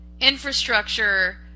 infrastructure